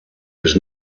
was